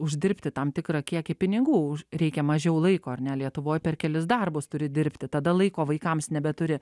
uždirbti tam tikrą kiekį pinigų reikia mažiau laiko ar ne lietuvoj per kelis darbus turi dirbti tada laiko vaikams nebeturi